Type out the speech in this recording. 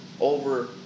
over